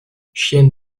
chienne